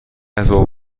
اسباب